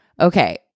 Okay